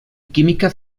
química